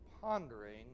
pondering